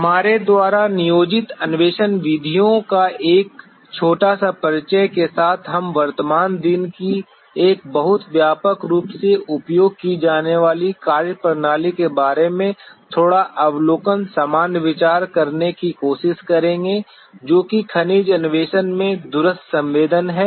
हमारे द्वारा नियोजित अन्वेषण विधियों का एक छोटा सा परिचय के साथ हम वर्तमान दिन की एक बहुत व्यापक रूप से उपयोग की जाने वाली कार्यप्रणाली के बारे में थोड़ा अवलोकन सामान्य विचार करने की कोशिश करेंगे जो कि खनिज अन्वेषण में दूरस्थ संवेदन है